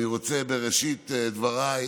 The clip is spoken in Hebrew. אני רוצה בראשית דבריי